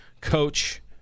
coach